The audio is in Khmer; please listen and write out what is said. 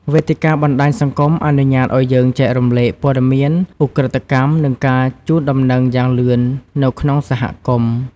វេទិកាបណ្តាញសង្គមអនុញ្ញាតឲ្យយើង ចែករំលែកព័ត៌មានឧក្រិដ្ឋកម្ម និងការជូនដំណឹងយ៉ាងលឿន នៅក្នុងសហគមន៍។